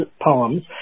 poems